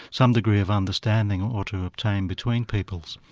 some degree of understanding ought to obtain between peoples,